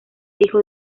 hijo